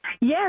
Yes